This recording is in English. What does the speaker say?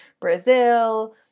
Brazil